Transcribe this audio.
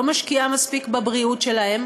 לא משקיעה מספיק בבריאות שלהם,